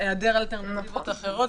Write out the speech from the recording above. היעדר אלטרנטיבות אחרות,